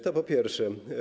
To po pierwsze.